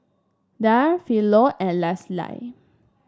Darl Philo and Leslie